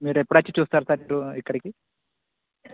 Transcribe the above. మీరు ఎప్పుడొచ్చి చూస్తారు ఫస్ట్ ఇక్కడికి